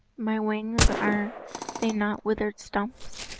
my wings, are they not withered stumps?